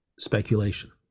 speculation